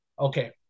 Okay